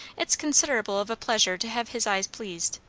it's considerable of a pleasure to have his eyes pleased.